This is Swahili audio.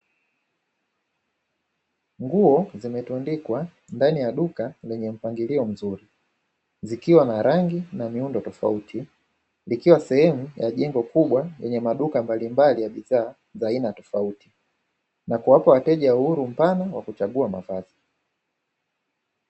Nguo zimetundikwa ndani ya duka lenye mpangilio mzuri, zikiwa na rangi na miundo tofauti, likiwa sehemu ya jengo kubwa lenye maduka mbalimbali ya bidhaa za aina tofauti, na kuwapa wateja uhuru mapana wa kuchagua mavazi.